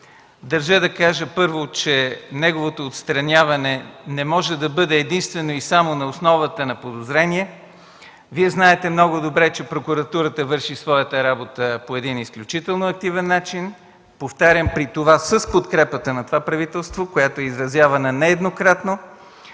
дължа да кажа, че неговото отстраняване не може да бъде единствено и само на основата на подозрения. Вие много добре знаете, че прокуратурата върши своята работа по един изключително активен начин, повтарям, с подкрепата на това правителство, която е изразявана нееднократно.